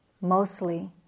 Mostly